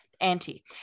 anti